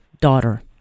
daughter